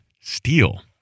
steel